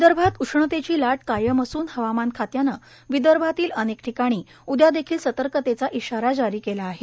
विदर्भात उष्णतेची लाट कायम असून हवामान खात्यानं विदर्भातील अनेक ठिकाणी उद्या देखील सतर्कतेचा इशारा जारी केला आहे